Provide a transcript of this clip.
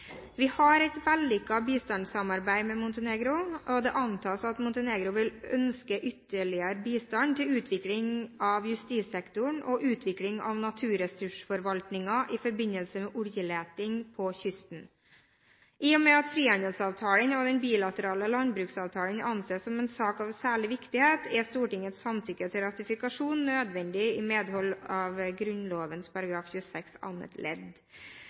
Vi har et vellykket bistandssamarbeid med Montenegro, og det antas at Montenegro vil ønske ytterligere bistand til utvikling av justissektoren og utvikling av naturressursforvaltningen i forbindelse med oljeleting på kysten. I og med at frihandelsavtalen og den bilaterale landbruksavtalen anses som en sak av særlig viktighet, er Stortingets samtykke til ratifikasjon nødvendig i medhold av Grunnloven § 26 annet ledd.